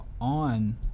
on